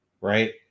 right